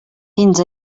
fins